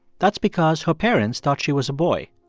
that's because her parents thought she was a boy.